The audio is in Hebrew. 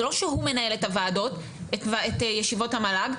זה לא שהוא מנהל את ישיבות המל"ג,